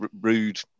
rude